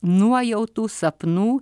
nuojautų sapnų